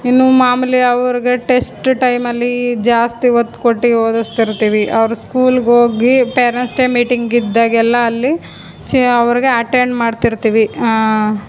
ಇನ್ನೂ ಮಾಮೂಲಿ ಅವ್ರಿಗೆ ಟೆಸ್ಟ್ ಟೈಮಲ್ಲಿ ಜಾಸ್ತಿ ಒತ್ತು ಕೊಟ್ಟು ಓದಿಸ್ತಿರ್ತೀವಿ ಅವರು ಸ್ಕೂಲಿಗೋಗಿ ಪೇರೆಂಟ್ಸ್ ಡೇ ಮೀಟಿಂಗ್ ಇದ್ದಾಗೆಲ್ಲ ಅಲ್ಲಿ ಚೆ ಅವರಿಗೆ ಅಟೆಂಡ್ ಮಾಡ್ತಿರ್ತೀವಿ